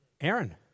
Aaron